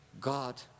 God